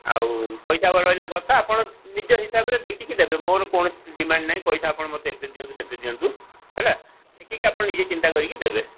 ଆଉ ପଇସା ଉପରେ ରହିଲା କଥା ଆପଣ ନିଜ ହିସାବରେ ଦେଖିକି ଦେବେ ମୋର କୌଣସି ଡିମାଣ୍ଡ ନାହିଁ ପଇସା ଆପଣ ମୋତେ ଏତେ ଦିଅନ୍ତୁ ସେତେ ଦିଅନ୍ତୁ ହେଲା ଦେଖିକି ଆପଣ ନିଜେ ଚିନ୍ତା କରିକି ଦେବେ